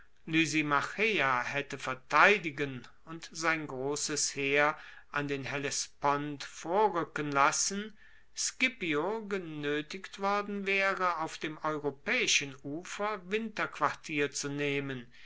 haette verteidigen und sein grosses heer an den hellespont vorruecken lassen scipio genoetigt worden waere auf dem europaeischen ufer winterquartier zu nehmen